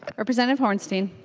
ah representative hornstein